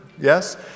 yes